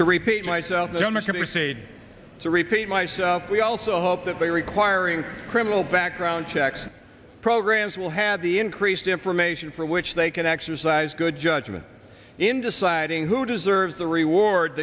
to repeat myself the democrats aid to repeat myself we also hope that by requiring criminal background checks programs will have the increased information for which they can exercise good judgment in deciding who deserves the reward